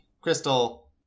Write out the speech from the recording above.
crystal